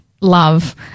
love